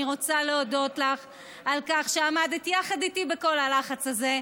אני רוצה להודות לך על כך שעמדת יחד איתי בכל הלחץ הזה,